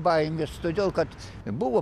baimės todėl kad buvo